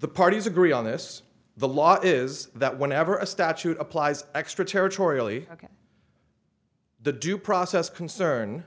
the parties agree on this the law is that whenever a statute applies extraterritorial e ok the due process concern